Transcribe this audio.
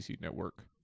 Network